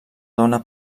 dóna